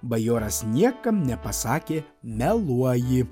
bajoras niekam nepasakė meluoji